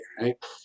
right